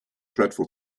dreadful